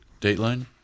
Dateline